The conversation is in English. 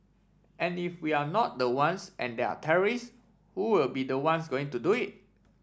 and if we're not the ones and there are terrorists who will be the ones going to do it